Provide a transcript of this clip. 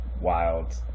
wild